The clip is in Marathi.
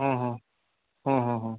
हहं ह हहं